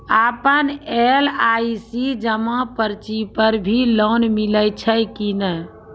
आपन एल.आई.सी जमा पर्ची पर भी लोन मिलै छै कि नै?